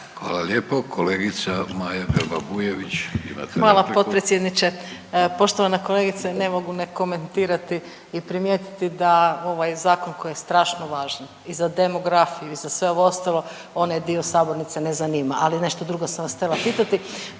razumije./... **Grba-Bujević, Maja (HDZ)** Hvala potpredsjedniče. Poštovana kolegice, ne mogu ne komentirati i primijetiti da ovaj Zakon koji je strašno važan i za demografiju i za sve ovo ostalo, onaj dio sabornice ne zanima, ali nešto druga sam vas htjela pitati.